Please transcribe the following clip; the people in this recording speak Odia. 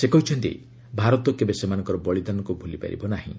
ସେ କହିଛନ୍ତି ଭାରତ କେବେ ସେମାନଙ୍କର ବଳିଦାନକୁ ଭୁଲି ପାରିବ ନାହିଁ